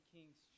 Kings